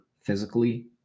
physically